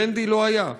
ברנדי לא היה,